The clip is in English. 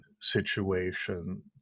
situation